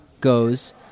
goes